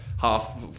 half